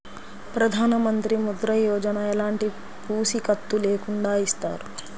ప్రధానమంత్రి ముద్ర యోజన ఎలాంటి పూసికత్తు లేకుండా ఇస్తారా?